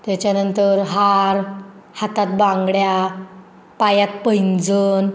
त्याच्यानंतर हार हातात बांगड्या पायात पैंजण